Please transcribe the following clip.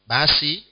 Basi